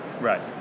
Right